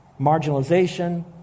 marginalization